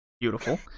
Beautiful